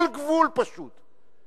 כל גבול, פשוט.